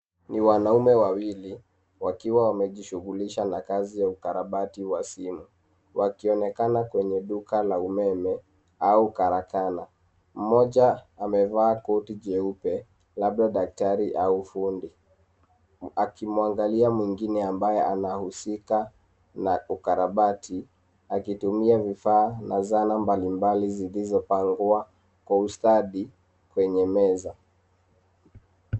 Ni wanaume wawili, wakiwa wamejishugulisha na kazi ya ukarabati wa simu, wakionekana kwenye duka la umeme, au karakana, mmoja amevaa koti jeupe, labda daktari au gundi, akimwangalia mwingine ambaye anahusika na ukarabati, akitumia vifaa na zana mbalimbali zilizopangwa kwa ustadi kwenye meza.